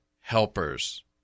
helpers